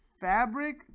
fabric